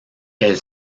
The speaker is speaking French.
elle